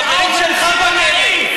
החברים שלך עבריינים.